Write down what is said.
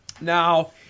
Now